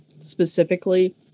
specifically